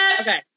Okay